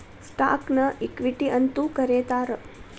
ಸ್ಟಾಕ್ನ ಇಕ್ವಿಟಿ ಅಂತೂ ಕರೇತಾರ